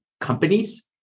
companies